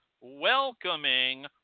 welcoming